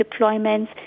deployments